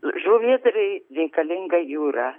žuvėdrai reikalinga jūra